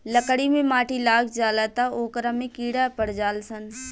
लकड़ी मे माटी लाग जाला त ओकरा में कीड़ा पड़ जाल सन